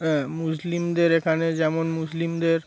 হ্যাঁ মুসলিমদের এখানে যেমন মুসলিমদের